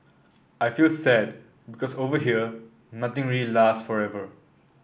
I feel sad because over here nothing really last forever